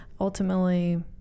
ultimately